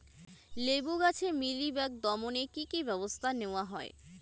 লেবু গাছে মিলিবাগ দমনে কী কী ব্যবস্থা নেওয়া হয়?